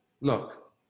Look